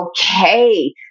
okay